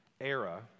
era